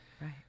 Right